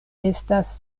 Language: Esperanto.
estas